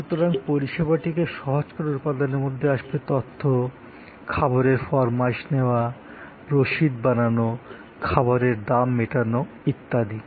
সুতরাং পরিষেবাটিকে সহজ করার উপাদনের মধ্যে আসবে তথ্য খাবারের ফরমাশ নেওয়া রশিদ বানানো খাবারের দাম মেটানো ইত্যাদি